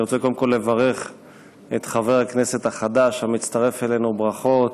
אני רוצה קודם כול לברך את חבר הכנסת החדש המצטרף אלינו: ברכות,